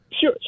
sure